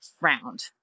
round